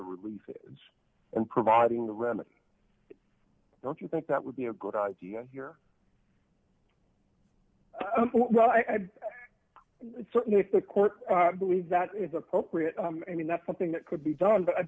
relief and providing the remedy don't you think that would be a good idea here well i certainly if the court believes that it is appropriate i mean that's something that could be done but i